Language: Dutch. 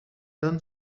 dan